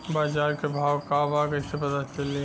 बाजार के भाव का बा कईसे पता चली?